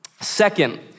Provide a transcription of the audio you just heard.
Second